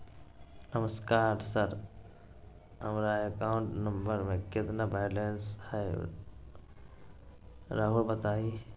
नमस्कार सर हमरा account number में कितना बैलेंस हेई राहुर बताई?